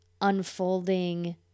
unfolding